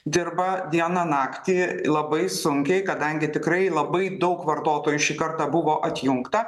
dirba dieną naktį labai sunkiai kadangi tikrai labai daug vartotojų šį kartą buvo atjungta